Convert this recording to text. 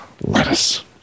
Lettuce